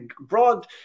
broad